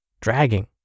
dragging